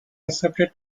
accepted